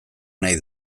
nahi